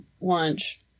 lunch